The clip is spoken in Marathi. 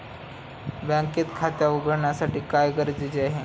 बँकेत खाते उघडण्यासाठी काय गरजेचे आहे?